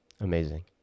amazing